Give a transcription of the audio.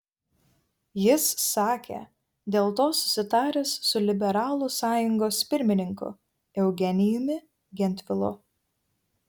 jis sakė dėl to susitaręs su liberalų sąjungos pirmininku eugenijumi gentvilu